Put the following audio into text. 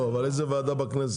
לא, אבל איזה ועדה בכנסת?